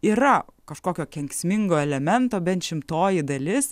yra kažkokio kenksmingo elemento bent šimtoji dalis